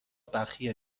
بخیه